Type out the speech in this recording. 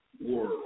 world